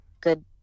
good